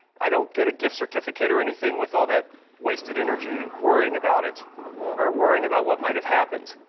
i don't get a gift certificate or anything with all that wasted energy worrying about it or worrying about what might have happened.